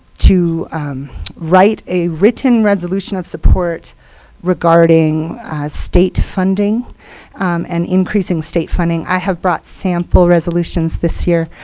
to write a written resolution of support regarding state funding and increasing state funding. i have brought sample resolutions this year,